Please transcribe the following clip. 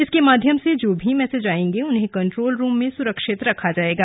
इसके माध्यम से जो भी मैसेज आएंगे उन्हें कंट्रोल रूम में सुरक्षित रखा जाएगा